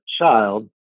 child